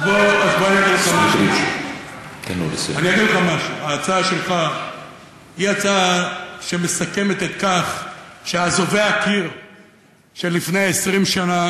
אני אגיד לך משהו: ההצעה שלך היא הצעה שמסכמת שאזובי הקיר שלפני 20 שנה